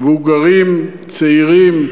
מבוגרים, צעירים,